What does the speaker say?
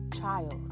child